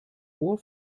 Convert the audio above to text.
ohr